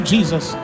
Jesus